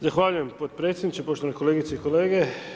Zahvaljujem podpredsjedniče, poštovane kolegice i kolege.